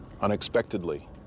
unexpectedly